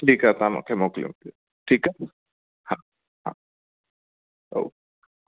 ठीकु आहे तव्हां मूंखे मोकिलियो ठीकु आहे हा हा ओके